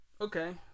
Okay